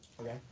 okay